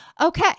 Okay